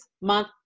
month